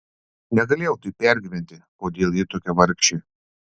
negalėjau taip pergyventi kodėl ji tokia vargšė